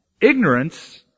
Ignorance